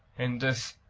in this,